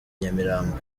nyamirambo